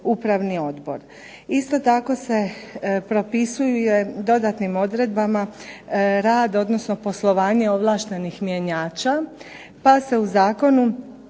Isto tako se propisuje dodatnim odredbama rad odnosno poslovanje određenih mjenjača, pa se u Zakonu